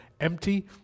Empty